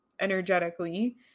energetically